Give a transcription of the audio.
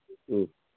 ꯎꯝ